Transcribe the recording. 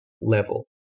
level